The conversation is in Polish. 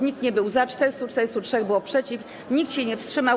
Nikt nie był za, 443 było przeciw, nikt się nie wstrzymał.